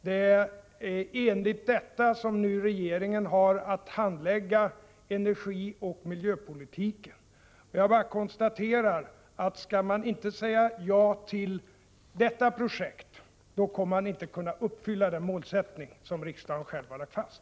Det är enligt detta beslut som regeringen nu har att handlägga energioch miljöpolitiken. Jag bara konstaterar att om man inte säger ja till detta projekt, då kommer man inte att kunna uppfylla den målsättning som riksdagen själv har lagt fast.